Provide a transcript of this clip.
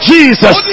Jesus